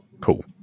Cool